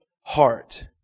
Heart